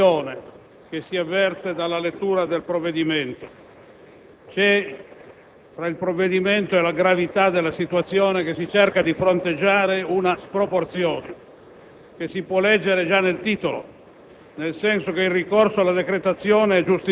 la franchezza mi obbliga a non tacere il senso di sproporzione che si avverte dalla lettura del provvedimento. Tra il provvedimento e la gravità della situazione che si cerca di fronteggiare c'è una sproporzione